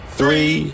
three